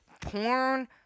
porn